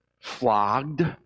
flogged